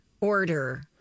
Order